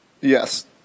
Yes